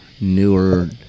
newer